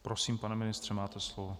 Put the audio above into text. Prosím, pane ministře, máte slovo.